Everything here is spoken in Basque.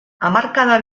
hamarkada